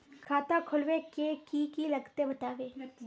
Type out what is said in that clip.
खाता खोलवे के की की लगते बतावे?